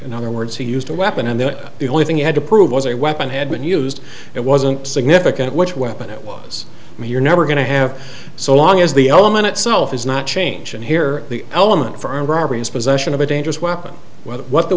in other words he used a weapon and that the only thing you had to prove was a weapon had been used it wasn't significant which weapon it was you're never going to have so long as the element itself does not change and here the element for armed robbery is possession of a dangerous weapon whether what the